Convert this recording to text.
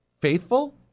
faithful